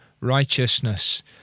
righteousness